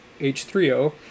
H3O